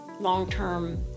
long-term